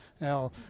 Now